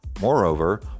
Moreover